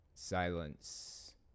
silence